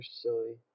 silly